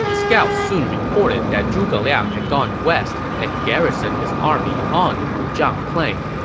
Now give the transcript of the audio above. scouts soon reported that zhuge liang had gone west and garrisoned his army on wuzhang plain.